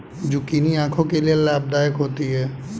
zucchini आंखों के लिए लाभदायक होती है